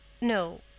no